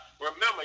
remember